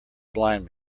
blind